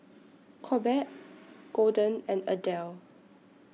Corbett Golden and Adele